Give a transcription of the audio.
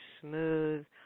smooth